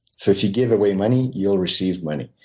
so if you give away money, you'll receive money.